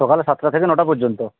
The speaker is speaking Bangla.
সকালে সাতটা থেকে নটা পর্যন্ত